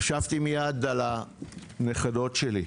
חשבתי מייד על הנכדות שלי,